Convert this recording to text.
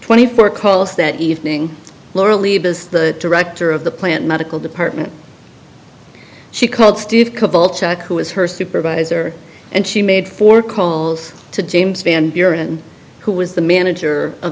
twenty four calls that evening laura leave the director of the plant medical department she called steve coppell check who was her supervisor and she made four calls to james van buren who was the manager of